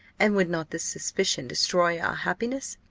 and would not this suspicion destroy our happiness?